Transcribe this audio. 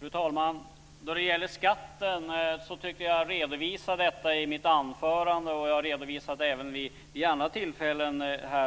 Fru talman! Jag tycker att jag redovisade detta med skatten i mitt anförande. Jag har även redovisat det vid andra tillfällen